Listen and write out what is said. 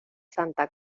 santa